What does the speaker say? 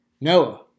Noah